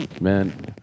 man